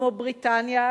כמו בריטניה,